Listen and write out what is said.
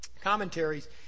commentaries